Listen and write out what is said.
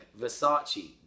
Versace